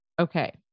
Okay